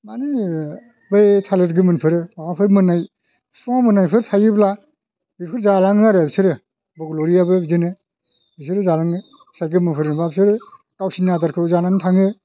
माने बै थालिर गोमोनफोर माबाफोर मोननाय फिफांआव मोननायफोर थायोब्ला बेखौ जायामोन आरो बिसोरो बगलरियाबो बिदिनो बिसोरबो जालाङो फिथाइ गोमोनफोरजोंबा बिसोरो गावनि आदारखौ जानानै थाङो